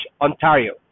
Ontario